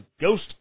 ghost